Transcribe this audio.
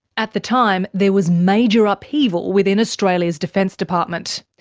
at the time there was major upheaval within australia's defence department.